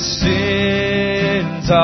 sins